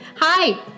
Hi